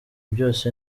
byose